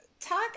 talk